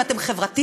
אם אתם חברתיים,